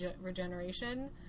regeneration